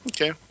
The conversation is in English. Okay